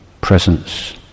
presence